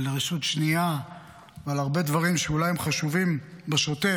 על רשות שנייה ועל הרבה דברים שאולי הם חשובים בשוטף,